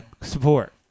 support